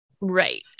Right